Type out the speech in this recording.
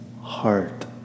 heart